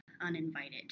uninvited